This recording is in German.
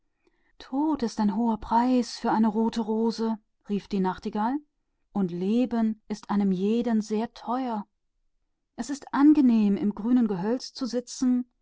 tod ist ein hoher preis für eine rote rose sagte die nachtigall und das leben ist allen sehr teuer es ist lustig im grünen wald zu sitzen